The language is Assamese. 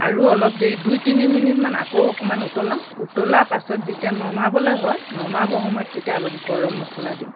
আৰু অলপ দেৰি দুই তিনি মিনিটমান আকৌ অকণমান উতলাও উতলা পাছত যেতিয়া নমাবলৈ হয় নমাব সময়ত তেতিয়া অলপ গৰম মচলা দিওঁ